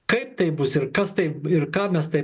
kad taip bus ir kas tai ir ką mes taip